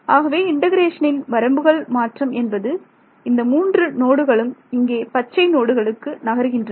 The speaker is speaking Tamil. ஆகவே இண்டெகரேஷனின் வரம்புகள் மாற்றம் என்பது இந்த மூன்று நோடுகளும் இங்கே பச்சை நோடுகளுக்கு நகர்கின்றன